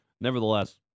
nevertheless